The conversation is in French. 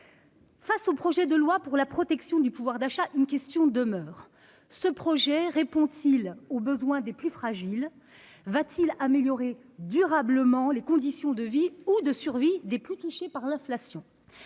: le projet de loi pour la protection du pouvoir d'achat répond-il aux besoins des plus fragiles ? Va-t-il améliorer durablement les conditions de vie ou de survie des plus touchés par l'inflation ?